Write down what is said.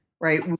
Right